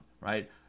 right